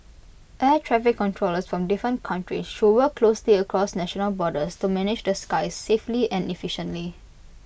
air traffic controllers from different countries should work closely across national borders to manage the skies safely and efficiently